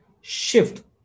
shift